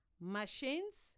machines